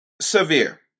severe